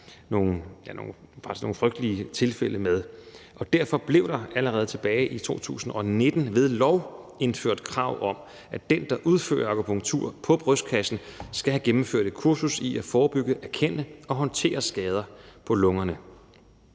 og derfor blev der allerede tilbage i 2019 ved lov indført krav om, at den, der udfører akupunktur på brystkassen, skal have gennemført et kursus i at forebygge, erkende og håndtere skader på lungerne.